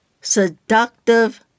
Seductive